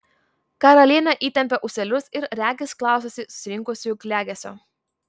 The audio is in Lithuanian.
karalienė įtempia ūselius ir regis klausosi susirinkusiųjų klegesio